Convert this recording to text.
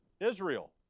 Israel